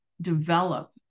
develop